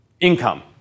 income